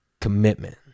commitment